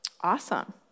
Awesome